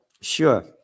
Sure